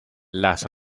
las